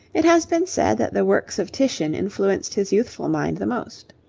it has been said that the works of titian influenced his youthful mind the most.